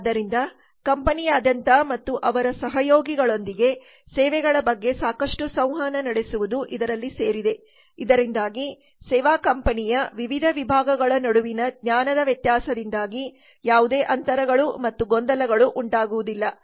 ಆದ್ದರಿಂದ ಕಂಪನಿಯಾದ್ಯಂತ ಮತ್ತು ಅವರ ಸಹಯೋಗಿಗಳೊಂದಿಗೆ ಸೇವೆಗಳ ಬಗ್ಗೆ ಸಾಕಷ್ಟು ಸಂವಹನ ನಡೆಸುವುದು ಇದರಲ್ಲಿ ಸೇರಿದೆ ಇದರಿಂದಾಗಿ ಸೇವಾ ಕಂಪನಿಯ ವಿವಿಧ ವಿಭಾಗಗಳ ನಡುವಿನ ಜ್ಞಾನದ ವ್ಯತ್ಯಾಸದಿಂದಾಗಿ ಯಾವುದೇ ಅಂತರಗಳು ಮತ್ತು ಗೊಂದಲಗಳು ಉಂಟಾಗುವುದಿಲ್ಲ